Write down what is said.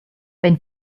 wenn